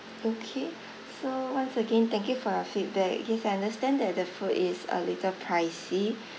okay so once again thank you for your feedback guess I understand that the food is a little pricey